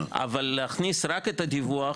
אבל להכניס רק את הדיווח,